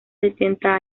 setenta